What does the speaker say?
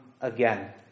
again